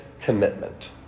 commitment